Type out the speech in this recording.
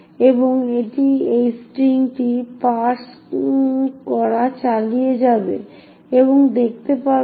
এবং এটি এই স্ট্রিংটি পার্স করা চালিয়ে যাবে এবং দেখতে পাবে একটি x আছে